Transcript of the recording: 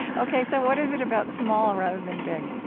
ok, so what is it about small rather than big?